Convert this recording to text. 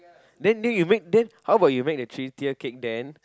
then then you make then how about you make the three tier cake then